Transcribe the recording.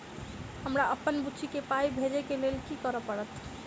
हमरा अप्पन बुची केँ पाई भेजइ केँ लेल की करऽ पड़त?